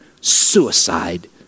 suicide